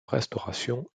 restauration